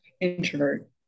Introvert